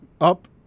up